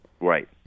Right